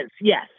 yes